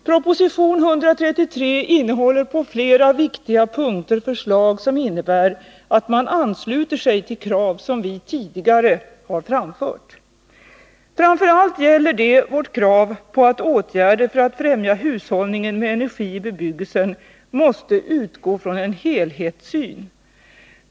Proposition 133 innehåller på flera viktiga punkter förslag som innebär att man ansluter sig till krav som vi tidigare har framfört. Framför allt gäller det vårt krav på att åtgärder för att främja hushållningen med energi i bebyggelsen måste utgå från en helhetssyn.